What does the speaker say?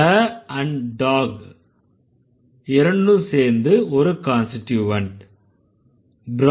a and dog இரண்டும் சேர்ந்து ஒரு கான்ஸ்டிட்யூவன்ட்